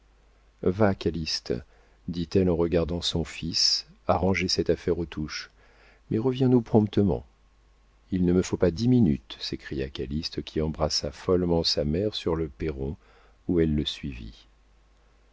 calyste dit-elle en regardant son fils arranger cette affaire aux touches mais reviens nous promptement il ne me faut pas dix minutes s'écria calyste qui embrassa follement sa mère sur le perron où elle le suivit